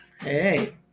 hey